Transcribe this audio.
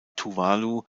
tuvalu